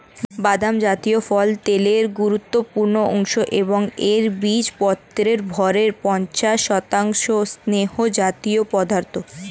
বাদাম জাতীয় ফল তেলের গুরুত্বপূর্ণ উৎস এবং এর বীজপত্রের ভরের পঞ্চাশ শতাংশ স্নেহজাতীয় পদার্থ